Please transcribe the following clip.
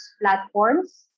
platforms